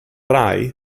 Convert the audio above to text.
rai